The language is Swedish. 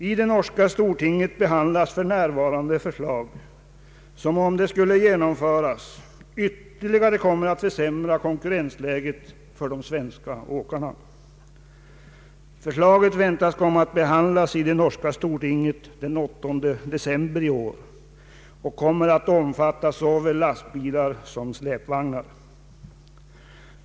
I det norska stortinget behandlas för närvarande ett förslag som, om det skulle genomföras, ytterligare skulle försämra konkurrensläget för de svenska åkarna. Förslaget omfattar såväl lastbilar som släpvagnar, och beslut väntas komma att fattas i stortinget den 8 december i år.